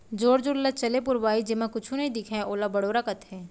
जोर जोर ल चले पुरवाई जेमा कुछु नइ दिखय ओला बड़ोरा कथें